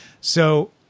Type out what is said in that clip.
So-